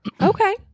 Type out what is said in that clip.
Okay